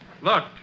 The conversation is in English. Look